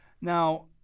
Now